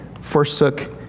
forsook